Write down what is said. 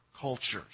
cultures